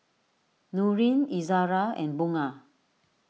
Nurin Izzara and Bunga